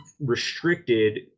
restricted